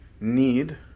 need